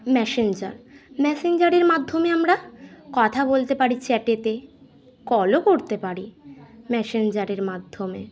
messenger ম্যাসেঞ্জারের মাধ্যমে আমরা কথা বলতে পারি চ্যাটেতে কলও করতে পারি ম্যাসেঞ্জারের মাধ্যমে